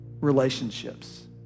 relationships